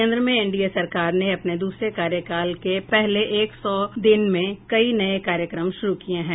केन्द्र में एनडीए सरकार ने अपने दूसरे कार्यकाल के पहले एक सौ दिन में कई नये कार्यक्रम शुरू किये गये हैं